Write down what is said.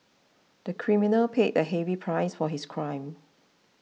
the criminal paid a heavy price for his crime